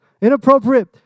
inappropriate